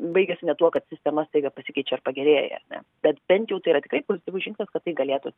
baigiasi ne tuo kad sistema staiga pasikeičia ar pagerėja ar ne bet bent jau tai yra tikrai pozityvus žingsnis kad tai galėtų